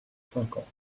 cinquante